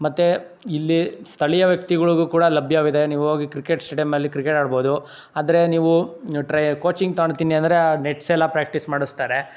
ಮತ್ತು ಇಲ್ಲಿ ಸ್ಥಳೀಯ ವ್ಯಕ್ತಿಗಳಿಗೂ ಕೂಡ ಲಭ್ಯವಿದೆ ನೀವು ಹೋಗಿ ಕ್ರಿಕೆಟ್ ಸ್ಟೇಡ್ಯಂ ಅಲ್ಲಿ ಕ್ರಿಕೆಟ್ ಆಡ್ಬೋದು ಆದರೆ ನೀವು ಟ್ರೈಯ್ ಕೋಚಿಂಗ್ ತಗೊಳ್ತೀನಿ ಅಂದರೆ ನೆಟ್ಸ್ ಎಲ್ಲ ಪ್ರಾಕ್ಟೀಸ್ ಮಾಡಿಸ್ತಾರೆ